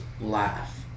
laugh